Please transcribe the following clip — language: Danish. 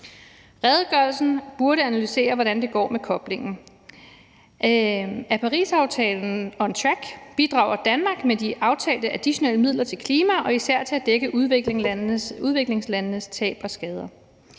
Redegørelsen burde analysere, hvordan det går med koblingen. Er Parisaftalen on track? Bidrager Danmark med de aftalte additionelle midler til klima og især til at dække udviklingslandenes tab og skader?